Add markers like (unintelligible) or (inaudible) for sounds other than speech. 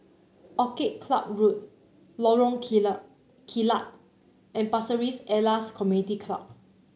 Orchid Club Road Lorong (unintelligible) Kilat and Pasir Ris Elias Community Club